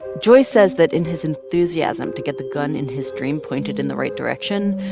joy says that in his enthusiasm to get the gun in his dream pointed in the right direction,